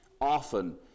often